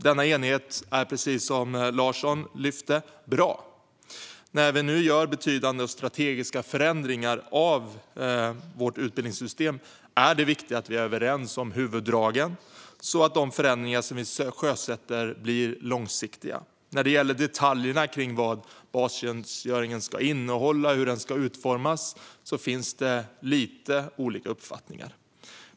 Denna enighet är bra, precis som Dag Larsson sa. När vi nu gör betydande och strategiska förändringar av vårt utbildningssystem är det viktigt att vi är överens om huvuddragen så att de förändringar som vi sjösätter blir långsiktiga. När det gäller detaljerna kring vad bastjänstgöringen ska innehålla och hur den ska utformas finns det dock lite olika uppfattningar.